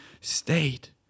state